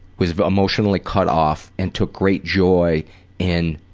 was emotionally cut off and took great joy in